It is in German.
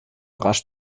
rasch